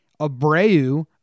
Abreu